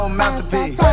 masterpiece